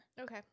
Okay